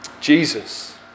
Jesus